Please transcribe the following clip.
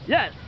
Yes